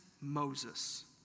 Moses